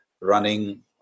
running